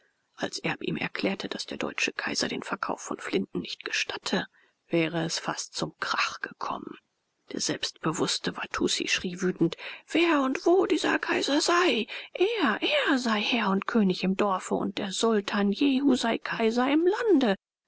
als erb ihm erklärte daß der deutsche kaiser den verkauf von flinten nicht gestatte wäre es fast zum krach gekommen der selbstbewußte watussi schrie wütend wer und wo dieser kaiser sei er er sei herr und könig im dorfe und der sultan jehu sei kaiser im lande